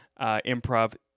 improv